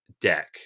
deck